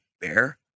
bear